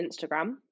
instagram